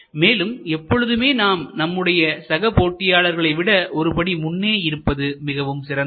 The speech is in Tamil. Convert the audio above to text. மேலும் எப்பொழுதுமே நாம் நம்முடைய சக போட்டியாளர்களை விட ஒருபடி முன்னே இருப்பது மிகவும் சிறந்தது